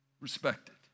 respected